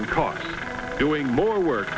and clock doing more work